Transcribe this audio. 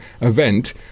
event